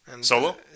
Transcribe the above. Solo